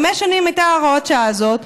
חמש שנים הייתה הוראת השעה הזאת,